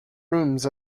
rooms